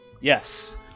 Yes